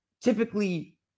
typically